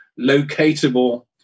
locatable